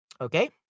Okay